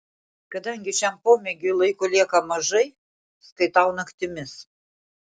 kadangi šiam pomėgiui laiko lieka mažai skaitau naktimis